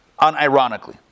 Unironically